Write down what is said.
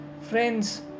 Friends